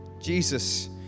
Jesus